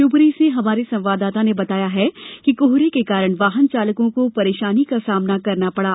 शिवपुरी से हमारे संवाददाता ने बताया है कि कोहरे के कारण वाहनचालकों को परेशानी को सामना करना पड़ा